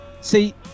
See